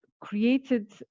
created